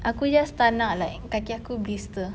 aku just tak nak like kaki aku blister